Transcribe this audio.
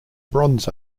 bronze